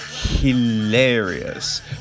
Hilarious